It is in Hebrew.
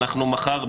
אנחנו מחר,